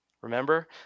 Remember